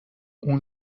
اون